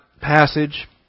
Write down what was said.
passage